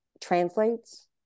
translates